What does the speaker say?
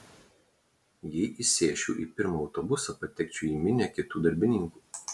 jei įsėsčiau į pirmą autobusą patekčiau į minią kitų darbininkų